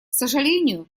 сожалению